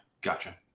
gotcha